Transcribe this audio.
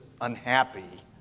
unhappy